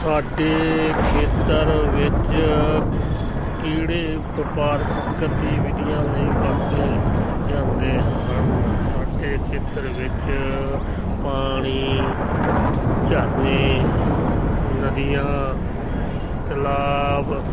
ਸਾਡੇ ਖੇਤਰ ਵਿੱਚ ਕੀੜੇ ਵਪਾਰਕ ਗਤੀਵਿਧੀਆਂ ਲਈ ਵਰਤੇ ਜਾਂਦੇ ਹਨ ਸਾਡੇ ਖੇਤਰ ਵਿੱਚ ਪਾਣੀ ਝਰਨੇ ਨਦੀਆਂ ਤਲਾਬ